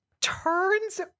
turns